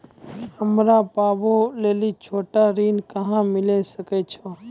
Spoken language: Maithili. हमरा पर्वो लेली छोटो ऋण कहां मिली सकै छै?